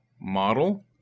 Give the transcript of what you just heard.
model